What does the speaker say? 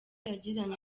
yagiranye